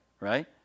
right